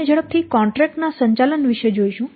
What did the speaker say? આપણે ઝડપથી કોન્ટ્રેક્ટ ના સંચાલન વિશે જોઈશું